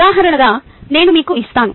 ఉదాహరణగా నేను మీకు ఇస్తాను